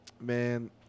Man